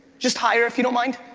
just higher, if you don't mind,